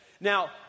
Now